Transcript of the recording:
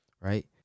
right